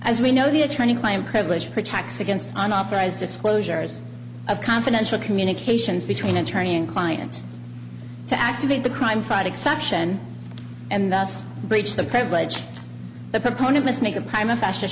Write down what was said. as we know the attorney client privilege protects against an authorized disclosures of confidential communications between attorney and client to activate the crime fighting exception and thus breach the privilege the proponent must make a prime a fascist